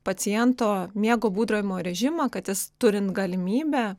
paciento miego būdravimo režimą kad jis turint galimybę